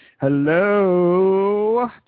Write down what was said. Hello